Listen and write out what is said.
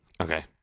Okay